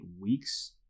weeks